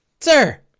Sir